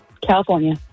California